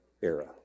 era